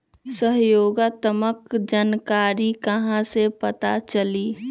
सहयोगात्मक जानकारी कहा से पता चली?